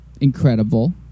incredible